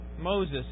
Moses